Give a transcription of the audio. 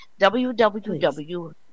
www